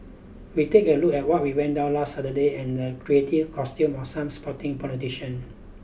we take a look at what we went down last Saturday and the creative costume of some sporting politician